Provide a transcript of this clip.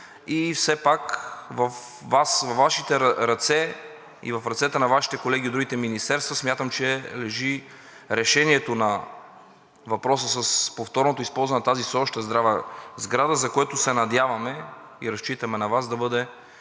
и все пак във Вашите ръце, в ръцете на Вашите колеги от другите министерства, смятам, че лежи решението на въпроса с повторното използване на тази все още здрава сграда, за което се надяваме и разчитаме на Вас да бъдат